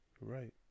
right